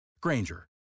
Granger